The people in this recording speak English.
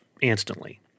instantly